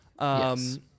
Yes